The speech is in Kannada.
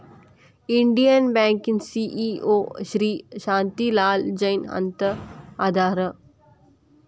ಇಂಡಿಯನ್ ಬ್ಯಾಂಕಿನ ಸಿ.ಇ.ಒ ಶ್ರೇ ಶಾಂತಿ ಲಾಲ್ ಜೈನ್ ಅಂತ ಅದಾರ